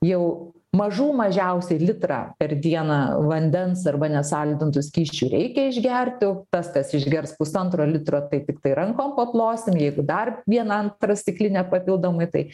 jau mažų mažiausiai litrą per dieną vandens arba nesaldintų skysčių reikia išgerti tas kas išgers pusantro litro tai tiktai rankom paplosim jeigu dar vieną antrą stiklinę papildomai tai